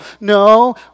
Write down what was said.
no